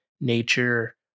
nature